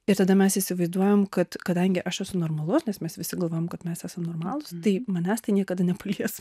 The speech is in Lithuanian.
ir tada mes įsivaizduojam kad kadangi aš esu normalus nes mes visi galvojam kad mes esą normalūs tai manęs tai niekada nepalies